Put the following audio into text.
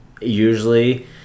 usually